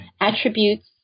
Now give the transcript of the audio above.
attributes